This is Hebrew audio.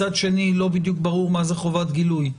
מצד שני, לא בדיוק ברור מה זה חובת גילוי,